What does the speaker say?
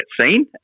seen